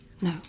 No